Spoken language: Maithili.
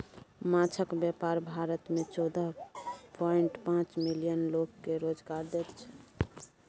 माछक बेपार भारत मे चौदह पांइट पाँच मिलियन लोक केँ रोजगार दैत छै